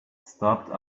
stopped